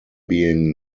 being